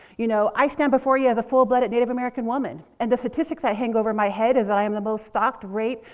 you know, i stand before you as a full blooded native american woman. and the statistics that hang over my head is that i am the most stalked, raped,